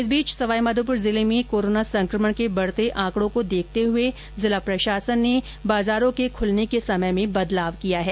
इस बीच सवाई माधोपुर जिले में कोरोना संकमण के बढ़ते आंकड़ों के मददेनजर जिला प्रशासन ने बाजार के खुलने के समय में परिवर्तन किया है